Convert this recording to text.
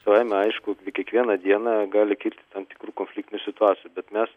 savaime aišku kiekvieną dieną gali kilti tam tikrų konfliktinių situacijų bet mes